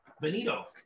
Benito